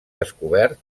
descobert